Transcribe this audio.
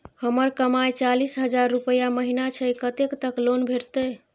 हमर कमाय चालीस हजार रूपया महिना छै कतैक तक लोन भेटते?